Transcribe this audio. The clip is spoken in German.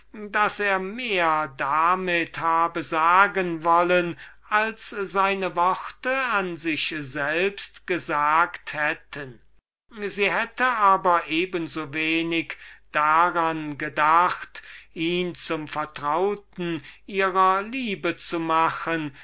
daß er mehr damit sagen wollen als seine worte an sich selbst gesagt hätten sie hätte aber eben so wenig daran gedacht ihn zum vertrauten ihrer liebe zu machen